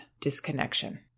disconnection